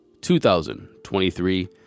2023